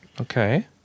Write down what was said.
Okay